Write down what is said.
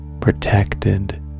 protected